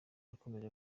yakomeje